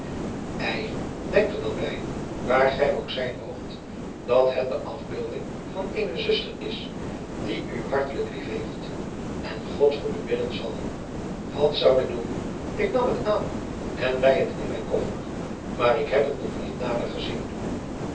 ei denk er dan bij waar gij ook zijn moogt dat het de afbeelding van eene zuster is die u hartelijk lief heeft en god voor u bidden zal wat zou ik doen ik nam het aan en leî het in mijn koffer maar ik heb het nog niet nader gezien